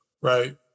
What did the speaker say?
right